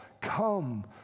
Come